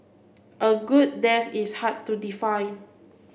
a good death is hard to define